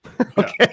okay